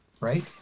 right